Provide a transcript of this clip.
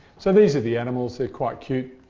so these are the animals. they're quite cute.